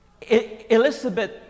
Elizabeth